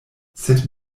sed